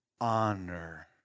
honor